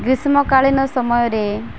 ଗ୍ରୀଷ୍ମକାଳୀନ ସମୟରେ